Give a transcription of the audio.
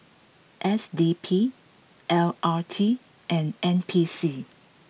S D P L R T and N P C